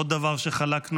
עוד דבר שחלקנו,